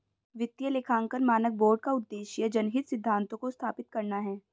वित्तीय लेखांकन मानक बोर्ड का उद्देश्य जनहित सिद्धांतों को स्थापित करना है